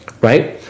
right